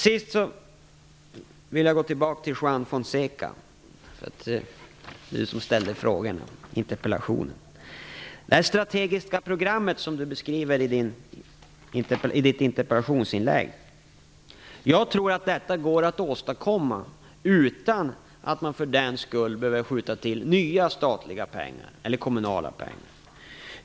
Så vill jag gå tillbaka till Juan Fonseca som framställde interpellationen. Det strategiska programmet han beskriver i interpellationsinlägget tror jag går att åstadkomma utan att man för den skull behöver skjuta till nya statliga eller kommunala pengar.